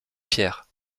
pierre